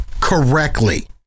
correctly